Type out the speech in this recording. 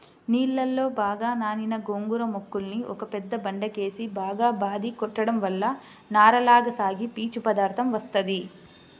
నీళ్ళలో బాగా నానిన గోంగూర మొక్కల్ని ఒక పెద్ద బండకేసి బాగా బాది కొట్టడం వల్ల నారలగా సాగి పీచు పదార్దం వత్తది